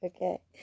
Okay